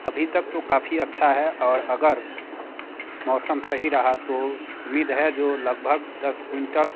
अभी तक तो काफ़ी अच्छा है और अगर मौसम सही रहा तो उम्मीद है जो लगभग दस क्विंटल